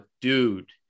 dude